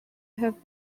have